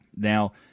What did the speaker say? Now